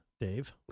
Dave